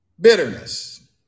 Bitterness